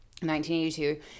1982